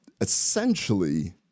essentially –